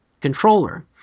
controller